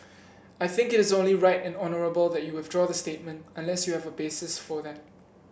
I think it is only right and honourable that you withdraw the statement unless you have a basis for that